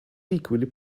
equally